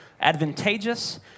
advantageous